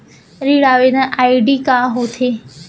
ऋण आवेदन आई.डी का होत हे?